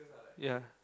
ya